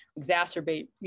exacerbate